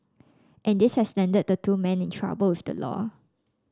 and this has landed the two men in trouble with the law